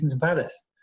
Palace